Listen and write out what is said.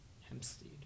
Hempstead